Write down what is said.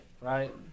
right